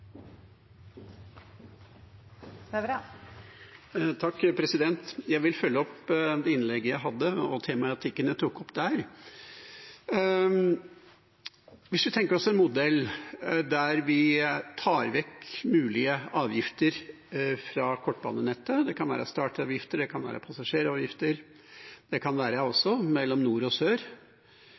Jeg vil følge opp det innlegget jeg hadde, og tematikken jeg tok opp der. Vi kan tenke oss en modell der vi tar vekk mulige avgifter fra kortbanenettet – det kan være startavgifter, det kan være passasjeravgifter, det kan også være mellom nord og sør